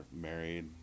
married